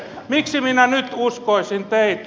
miksi minä nyt uskoisin teitä